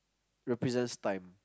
represents time